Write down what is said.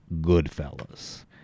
Goodfellas